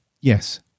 Yes